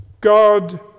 God